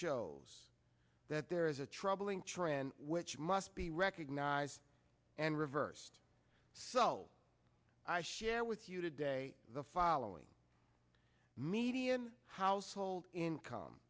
shows that there is a troubling trend which must be recognized and reversed so i share with you today the following median household income